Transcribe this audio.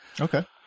Okay